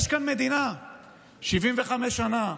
יש כאן מדינה 75 שנה.